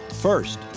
First